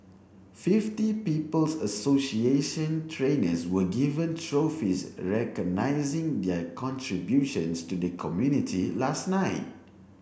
Fifty People's Association trainers were given trophies recognising their contributions to the community last night